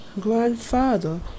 Grandfather